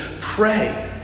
pray